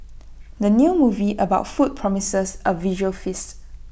the new movie about food promises A visual feast